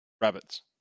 Rabbits